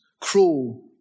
cruel